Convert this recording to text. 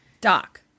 Doc